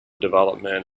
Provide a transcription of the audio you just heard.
development